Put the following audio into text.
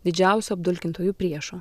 didžiausio apdulkintojų priešo